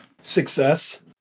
Success